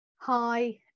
Hi